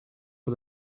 for